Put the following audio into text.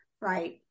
right